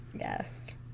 Yes